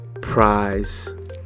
prize